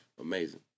amazing